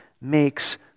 makes